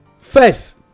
First